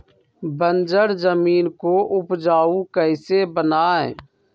बंजर जमीन को उपजाऊ कैसे बनाय?